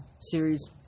series